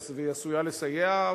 והיא עשויה לסייע,